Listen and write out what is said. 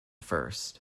first